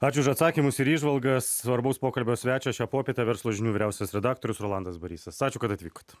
ačiū už atsakymus ir įžvalgas svarbaus pokalbio svečias šią popietę verslo žinių vyriausias redaktorius rolandas barysas ačiū kad atvykot